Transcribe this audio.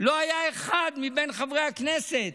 לא היה אחד מבין חברי הכנסת